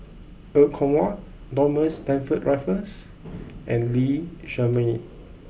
Er Kwong Wah Thomas Stamford Raffles and Lee Shermay